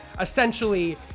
essentially